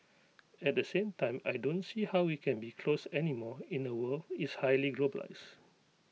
at the same time I don't see how we can be closed anymore in A world is highly globalised